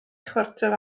chwarter